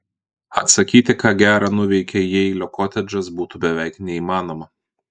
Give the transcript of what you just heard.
atsakyti ką gera nuveikė jeilio koledžas būtų beveik neįmanoma